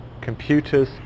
computers